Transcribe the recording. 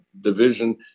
division